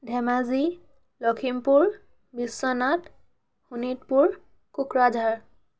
Dhemaji Lakhimpur Biswanath Sonitpur Kokrajhar